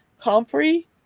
Comfrey